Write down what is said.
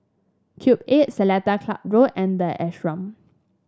Cube Eight Seletar Club Road and the Ashram